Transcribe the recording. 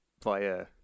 Via